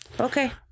Okay